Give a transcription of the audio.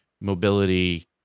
mobility